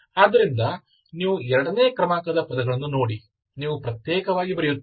ಆದ್ದರಿಂದ ನೀವು ಎರಡನೇ ಕ್ರಮಾಂಕದ ಪದಗಳನ್ನು ನೋಡಿ ನೀವು ಪ್ರತ್ಯೇಕವಾಗಿ ಬರೆಯುತ್ತೀರಿ